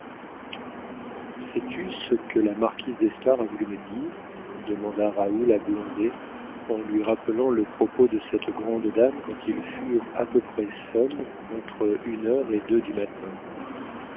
sais-tu ce que la marquise d'espard a voulu me dire demanda raoul à blondet en lui rappelant le propos de cette grande dame quand ils furent à peu près seuls entre une heure et deux du matin